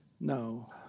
No